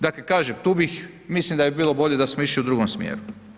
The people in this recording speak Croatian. Dakle, kažem tu bih, mislim da bi bilo bolje da smo išli u drugom smjeru.